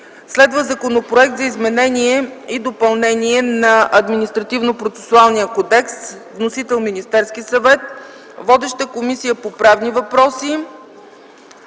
е Законопроект за изменение и допълнение на Административнопроцесуалния кодекс. Вносител е Министерският съвет. Водеща е Комисията по правни въпроси.